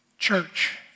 Church